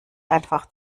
einfach